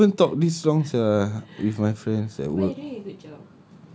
I don't even talk this long sia with my friends at work